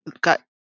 got